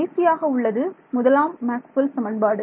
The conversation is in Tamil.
கடைசியாக உள்ளது முதலாம் மாக்ஸ்வெல் சமன்பாடு